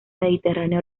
mediterráneo